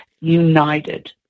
united